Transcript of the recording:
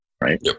right